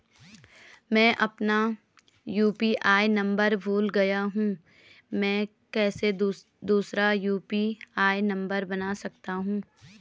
मैं अपना UPI number भूल गया हूँ मैं कैसे दूसरा यु.पी.आई नम्बर बना सकता हूँ?